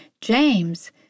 james